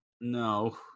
no